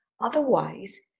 Otherwise